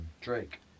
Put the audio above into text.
Drake